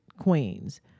queens